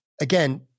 again